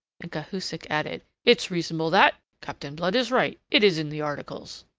and cahusac added it's reasonable, that! captain blood is right. it is in the articles.